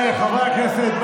חברי הכנסת,